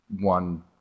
one